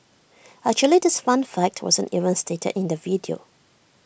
actually this fun fact wasn't even stated in the video